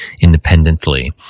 independently